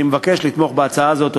אני מבקש לתמוך בהצעה הזאת.